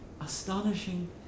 astonishing